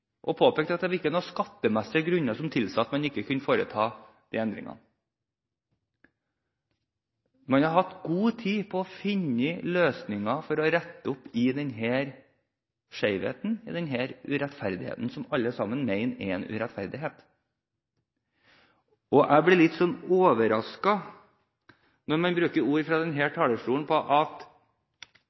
og påpekte at det ikke var noen skattemessige grunner som tilsa at man ikke kunne foreta endringene. Man har hatt god tid til å finne løsninger for å rette opp i denne skjevheten, denne urettferdigheten, som alle sammen mener er en urettferdighet. Jeg blir litt overrasket når man bruker ord fra denne talerstolen om at